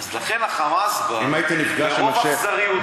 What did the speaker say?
לכן ה"חמאס" אם הייתי נפגש עם השיח' ברוב אכזריותו,